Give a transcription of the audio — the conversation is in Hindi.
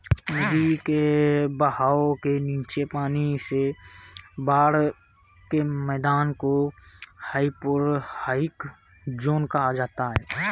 नदी के बहाव के नीचे पानी से बाढ़ के मैदान को हाइपोरहाइक ज़ोन कहा जाता है